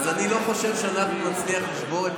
אז אני לא חושב שאנחנו נצליח לשבור את